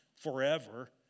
forever